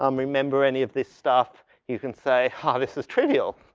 um remember any of this stuff, you can say, ha this is trivial.